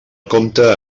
compta